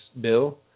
bill